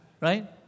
right